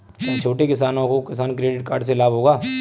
क्या छोटे किसानों को किसान क्रेडिट कार्ड से लाभ होगा?